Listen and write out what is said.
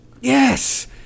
Yes